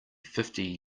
fifty